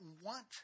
want